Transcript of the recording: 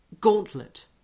gauntlet